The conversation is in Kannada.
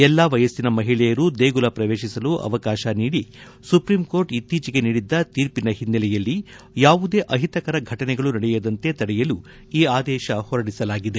ಎಲ್ಲಾ ವಯಸ್ಸಿನ ಮಹಿಳೆಯರು ದೇಗುಲ ಪ್ರವೇತಿಸಲು ಅವಕಾಶ ನೀಡಿ ಸುಪ್ರೀಂ ಕೋರ್ಟ್ ಇತ್ತೀಚೆಗೆ ನೀಡಿದ್ದ ತೀರ್ಪಿನ ಹಿನ್ನೆಲೆಯಲ್ಲಿ ಯಾವುದೇ ಅಹಿತಕರ ಘಟನೆಗಳು ನಡೆಯದಂತೆ ತಡೆಯಲು ಈ ಆದೇಶ ಹೊರಡಿಸಲಾಗಿದೆ